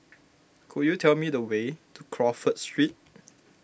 could you tell me the way to Crawford Street